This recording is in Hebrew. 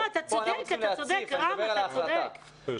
פה אנחנו